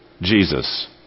Jesus